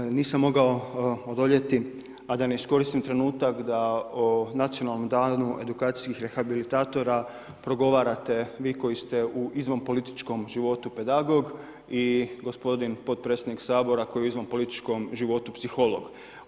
Pa evo nisam mogao odoljeti a da ne iskoristim trenutak da Nacionalnim danom edukacijskih rehabilitatora progovarate vi koji ste u izvan političkom životu pedagog i gospodin potpredsjednik Sabora koji je u izvan političkom životu psiholog.